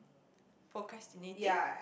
procrastinating